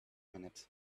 minutes